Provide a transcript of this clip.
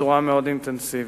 בצורה מאוד אינטנסיבית.